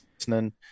listening